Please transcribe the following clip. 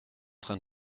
train